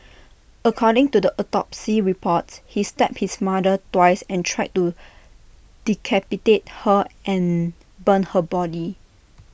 according to the autopsy reports he stabbed his mother twice and tried to decapitate her and burn her body